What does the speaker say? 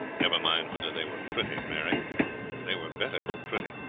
never mind whether they were pretty, mary they were better than pretty.